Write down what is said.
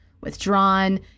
withdrawn